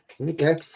Okay